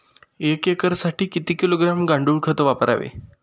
एक एकरसाठी किती किलोग्रॅम गांडूळ खत वापरावे?